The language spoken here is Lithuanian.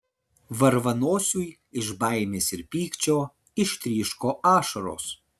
varvanosiui iš baimės ir pykčio ištryško ašaros